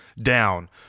Down